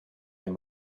and